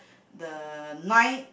the nine